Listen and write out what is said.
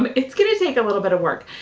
um it's gonna take a little bit of work,